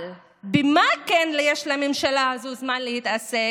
אבל במה כן יש לממשלה הזאת זמן להתעסק?